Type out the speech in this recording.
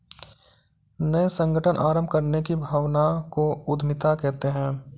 नये संगठन आरम्भ करने की भावना को उद्यमिता कहते है